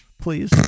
Please